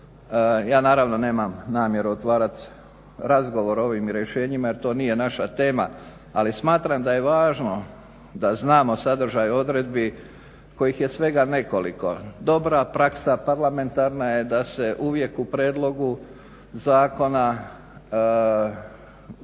Ja naravno nemam namjeru otvarat razgovor o ovim rješenjima jer to nije naša tema ali smatram da je važno da znamo sadržaj odredbi kojih je svega nekoliko. Dobra praksa parlamentarna je da se uvijek u prijedlogu zakona daju